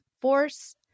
force